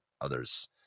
others